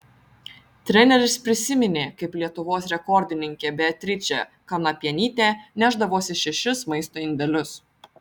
treneris prisiminė kaip lietuvos rekordininkė beatričė kanapienytė nešdavosi šešis maisto indelius